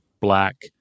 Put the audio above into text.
black